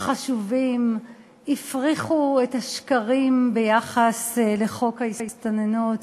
חשובים, הפריכו את השקרים ביחס לחוק ההסתננות.